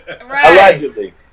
Allegedly